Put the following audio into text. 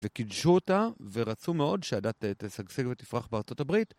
וקידשו אותה ורצו מאוד שהדת תשגשג ותפרח בארה״ב.